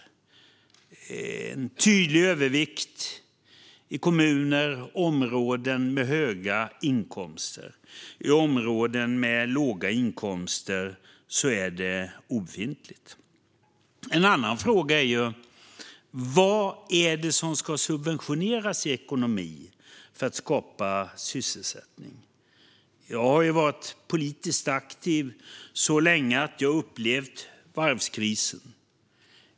Det är en tydlig övervikt i kommuner och områden med höga inkomster. I områden med låga inkomster är det obefintligt. En annan fråga är: Vad är det som ska subventioneras i ekonomin för att skapa sysselsättning? Jag har varit politiskt aktiv så länge att jag har upplevt varvskrisen.